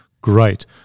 Great